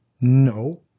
No